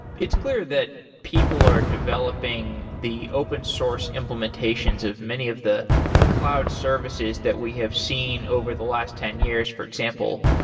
it's clear that people are developing the open-source implementations of many of the cloud services that we have seen over the last ten years, for example,